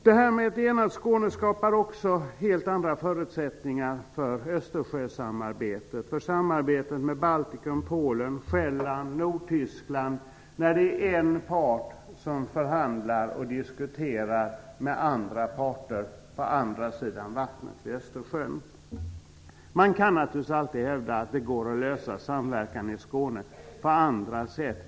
Det här med ett enat Skåne skapar också helt andra förutsättningar för Östersjösamarbetet och för samarbetet med Baltikum, Polen, Själland och Nordtyskland, eftersom en part förhandlar och diskuterar med andra parter på andra sidan av Östersjöns vatten. Naturligtvis kan det alltid hävdas att det går att lösa samverkan i Skåne på andra sätt.